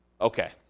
okay